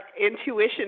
intuition